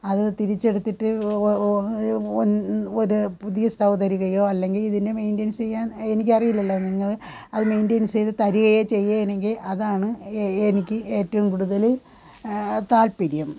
അത് തിരിച്ചെടുത്തിട്ട് ഒ ഒ ഒ ഒരു പുതിയ സ്റ്റൗ തരികയോ അല്ലെങ്കിൽ ഇതിനെ മെയിൻറ്റനന്സ് ചെയ്യാന് എനിക്കറിയില്ലല്ലോ നിങ്ങൾ അത് മെയിൻറ്റനന്സ് ചെയ്ത് തരികയോ ചെയ്യണമെങ്കിൽ അതാണ് എ എനിക്ക് ഏറ്റവും കൂടുതൽ താത്പര്യം